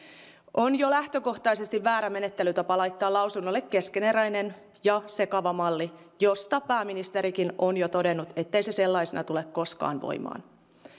on jo lähtökohtaisesti väärä menettelytapa laittaa lausunnolle keskeneräinen ja sekava malli josta pääministerikin on jo todennut ettei se sellaisena tule koskaan voimaan